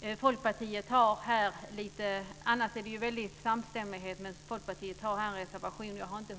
Det råder en väldig samstämmighet, men Folkpartiet har en reservation som jag inte riktigt